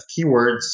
keywords